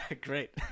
great